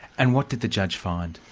and what did the judge find?